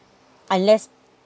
unless